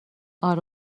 آره